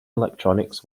electronics